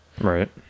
Right